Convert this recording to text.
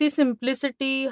simplicity